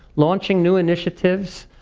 launching new initiatives,